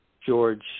George